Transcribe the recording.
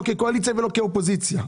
לקואליציה ולאופוזיציה.